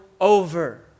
over